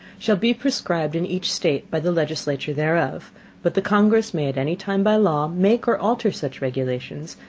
shall be prescribed in each state by the legislature thereof but the congress may at any time by law make or alter such regulations,